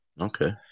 okay